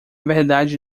verdade